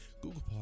Google